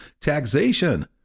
taxation